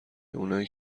اونای